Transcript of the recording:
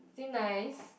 is it nice